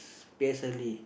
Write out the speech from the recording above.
p_s_l_e